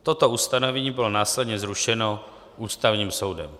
Toto ustanovení bylo následně zrušeno Ústavním soudem.